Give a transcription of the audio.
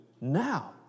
now